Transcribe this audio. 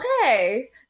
Okay